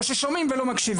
או שומעים ולא מקשיבים.